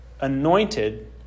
anointed